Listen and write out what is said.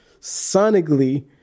sonically